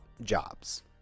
jobs